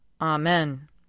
Amen